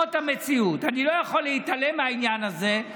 זאת המציאות, אני לא יכול להתעלם מהעניין הזה.